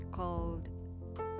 called